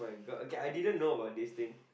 oh okay I didn't know about this thing